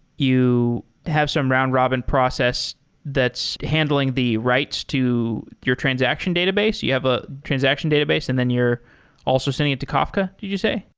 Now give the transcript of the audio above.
you have some round-robin process that's handling the writes to your transaction database? you have a transaction database and then you're also sending it to kafka, did you say?